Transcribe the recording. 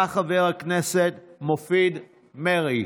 בא חבר הכנסת צבי האוזר,